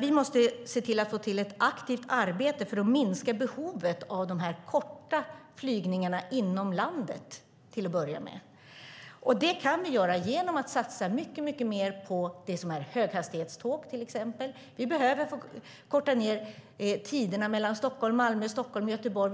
Vi måste se till att få till ett aktivt arbete för att minska behovet av de korta flygningarna inom landet till att börja med. Det kan vi genom att satsa mycket mer på höghastighetståg till exempel. Vi behöver korta ned restiderna mellan Stockholm och Malmö och mellan Stockholm och Göteborg.